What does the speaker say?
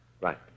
Right